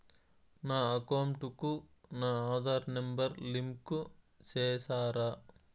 నా అకౌంట్ కు నా ఆధార్ నెంబర్ లింకు చేసారా